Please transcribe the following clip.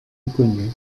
inconnu